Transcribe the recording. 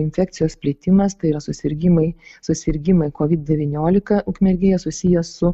infekcijos plitimas tai yra susirgimai susirgimai kovid devyniolika ukmergėje susiję su